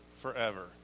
forever